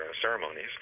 ceremonies